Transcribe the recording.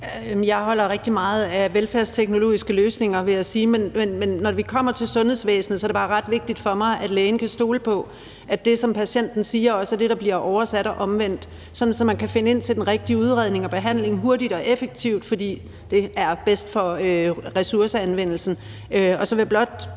Jeg holder rigtig meget af velfærdsteknologiske løsninger, vil jeg sige. Men når vi kommer til sundhedsvæsenet, er det bare ret vigtigt for mig, at lægen kan stole på, at det, som patienten siger, også er det, der bliver oversat, og omvendt, sådan at man kan finde ind til den rigtige udredning og behandling hurtigt og effektivt, fordi det er bedst for ressourceanvendelsen. Og så vil jeg blot